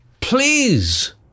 please